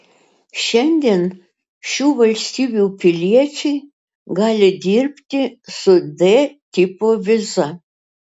šiandien šių valstybių piliečiai gali dirbti su d tipo viza